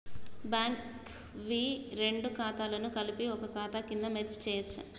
Bank వి రెండు ఖాతాలను కలిపి ఒక ఖాతా కింద మెర్జ్ చేయచ్చా?